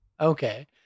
Okay